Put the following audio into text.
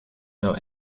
know